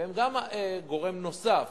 והם גורם נוסף,